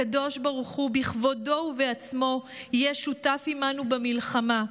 הקדוש ברוך הוא בכבודו ובעצמו יהיה שותף עימנו במלחמה.